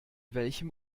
welchem